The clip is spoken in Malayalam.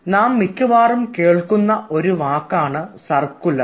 നാം മിക്കവാറും കേൾക്കുന്ന ഒരു വാക്കാണ് സർക്കുലർ